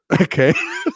okay